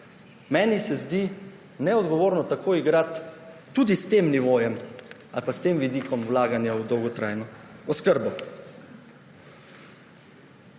Meni se zdi neodgovorno tako igrati tudi s tem nivojem ali pa s tem vidikom vlaganja v dolgotrajno oskrbo.